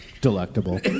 delectable